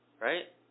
right